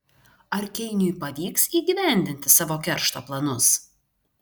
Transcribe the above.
ar keiniui pavyks įgyvendinti savo keršto planus